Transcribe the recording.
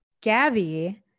Gabby